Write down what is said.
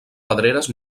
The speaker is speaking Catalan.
pedreres